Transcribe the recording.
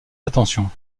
attentions